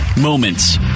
moments